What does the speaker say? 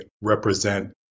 represent